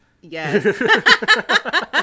yes